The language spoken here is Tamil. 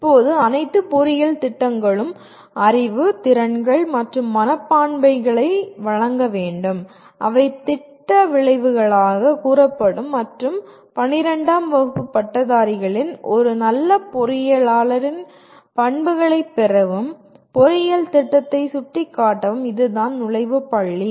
இப்போது அனைத்து பொறியியல் திட்டங்களும் அறிவு திறன்கள் மற்றும் மனப்பான்மைகளை வழங்க வேண்டும் அவை திட்ட விளைவுகளாகக் கூறப்படும் மற்றும் 12 ஆம் வகுப்பு பட்டதாரிகளுக்கு ஒரு நல்ல பொறியியலாளரின் பண்புகளைப் பெறவும் பொறியியல் திட்டத்தை சுட்டிக்காட்டவும் இதுதான் நுழைவு புள்ளி